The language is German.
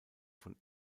von